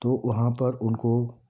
तो वहाँ पर उनको